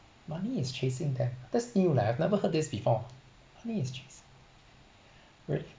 money is chasing them that's new leh I've never heard this before money is chasing really